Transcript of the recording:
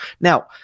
Now